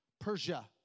Persia